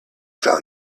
found